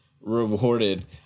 rewarded